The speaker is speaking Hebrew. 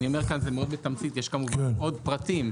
אני אומר כאן מאוד בתמצית, יש כמובן עוד פרטים.